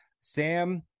Sam